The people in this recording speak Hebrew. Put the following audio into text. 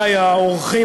ונעבור לכסף.